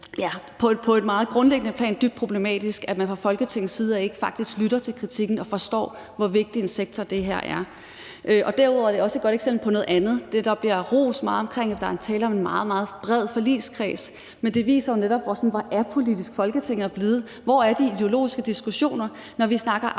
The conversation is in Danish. på et meget grundlæggende plan er dybt problematisk, altså at man fra Folketingets side faktisk ikke lytter til kritikken og forstår, hvor vigtig en sektor det her er. Derudover er det også et godt eksempel på noget andet. Det bliver rost meget, at der er tale om en meget, meget bred forligskreds, men det viser jo netop, hvor apolitisk Folketinget sådan er blevet. Hvor er de ideologiske diskussioner? Når vi snakker affaldslov